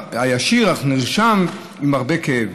אך זה נרשם עם הרבה כאב,